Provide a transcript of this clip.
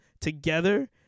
together